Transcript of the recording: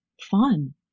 fun